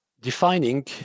defining